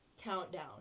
countdown